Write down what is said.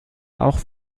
auch